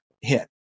hit